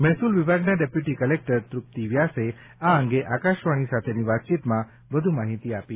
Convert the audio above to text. મહેસુલ વિભાગના deputy collector Trupti વ્યાસે આ અંગે આકાશવાણી સાથેની વાતચીતમાં વધ્ માહિતી આપી